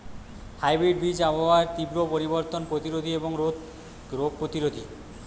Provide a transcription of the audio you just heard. hybrid বীজ আবহাওয়ার তীব্র পরিবর্তন প্রতিরোধী এবং রোগ প্রতিরোধী